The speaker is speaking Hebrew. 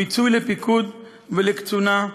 מיצוי לפיקוד ולקצונה,